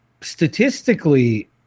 statistically